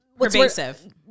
Pervasive